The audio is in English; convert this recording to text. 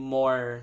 more